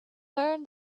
learn